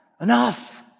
enough